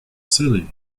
silly